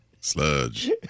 sludge